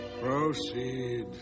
Proceed